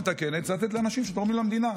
בהעדפה מתקנת צריך לתת לאנשים שתורמים למדינה.